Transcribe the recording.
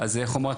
אז איך הוא אמר,